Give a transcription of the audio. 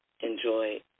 enjoy